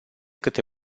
câte